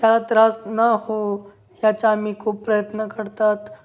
त्याला त्रास न हो याचा आम्ही खूप प्रयत्न करतात